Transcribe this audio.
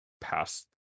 Past